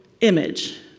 image